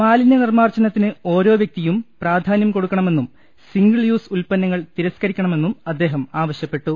മാലിന്യ നിർമ്മാർജ്ജനത്തിന് ഓരോ വൃക്തിയും പ്രാധാന്യം കൊടു ക്കണമെന്നും സിംഗിൾ യൂസ് ഉൽപ്പന്നങ്ങൾ തിരസ്കരിക്കണമെന്നും അദ്ദേഹം ആവശ്യപ്പെട്ടു